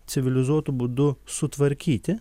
civilizuotu būdu sutvarkyti